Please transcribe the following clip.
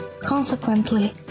Consequently